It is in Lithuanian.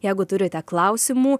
jeigu turite klausimų